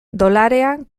dolarean